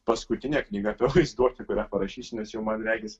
paskutinė knygą apie vaizduotę kurią parašysiu nes jau man regis